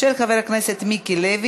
עברה בקריאה